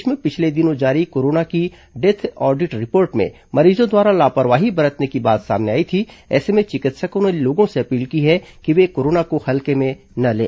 प्रदेश में पिछले दिनों जारी कोरोना की डेथ ऑडिट रिपोर्ट में मरीजों द्वारा लापरवाही बरतने की बात सामने आई थी ऐसे में चिकित्सकों ने लोगों से अपील की है कि वे कोरोना को हल्के में न लें